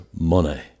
money